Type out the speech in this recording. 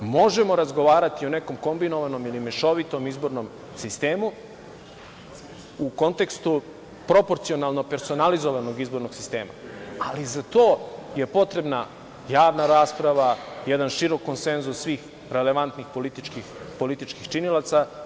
Možemo o razgovarati o nekom kombinovanom ili mešovitom izbornom sistemu, u kontekstu proporcionalno personalizovanog izbornog sistema, ali za to je potrebna javna rasprava, jedan širok konsenzus svih relevantnih političkih činilaca.